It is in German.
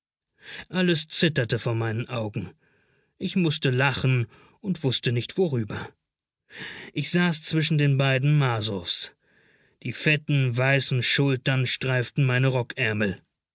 alles zitterte vor meinen augen ich mußte lachen und wußte nicht worüber ich saß zwischen den beiden marsows die fetten weißen schultern streiften meinen